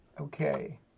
Okay